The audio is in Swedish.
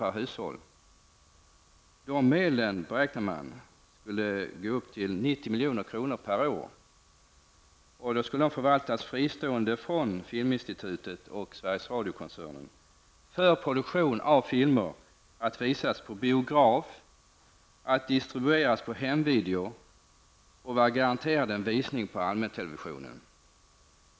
per hushåll. Man beräknar att dessa medel skulle uppgå till 90 milj.kr. per år och förvaltas fristående från Filminstitutet och Sveriges radio-koncernen. Dessa pengar skulle användas för produktion av filmer att visas på biograf och att distribueras på hemvideo. Dessutom skulle de vara garanterad visning på allmäntelevisionen.